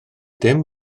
dim